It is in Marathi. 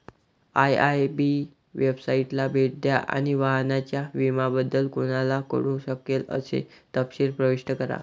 आय.आय.बी वेबसाइटला भेट द्या आणि वाहनाच्या विम्याबद्दल कोणाला कळू शकेल असे तपशील प्रविष्ट करा